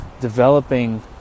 developing